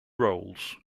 roles